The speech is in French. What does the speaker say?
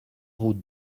route